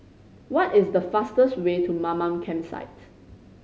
what is the fastest way to Mamam Campsite